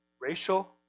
racial